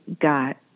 got